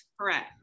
Correct